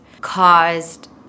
caused